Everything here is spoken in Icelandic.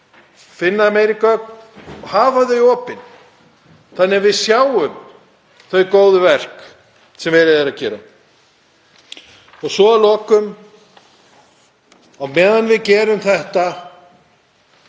finna meiri gögn og hafa þau opin þannig að við sjáum þau góðu verk sem verið er að vinna. Svo að lokum: Á meðan við gerum þetta